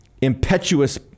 impetuous